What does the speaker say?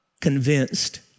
convinced